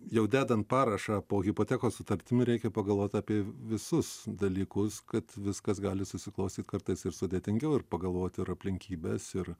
jau dedant parašą po hipotekos sutartimi reikia pagalvot apie visus dalykus kad viskas gali susiklostyt kartais ir sudėtingiau ir pagalvot ir aplinkybes ir